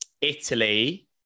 Italy